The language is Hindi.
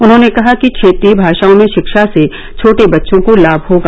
उन्होंने कहा कि क्षेत्रीय भाषाओं में शिक्षा से छोटे बच्चों को लाभ होगा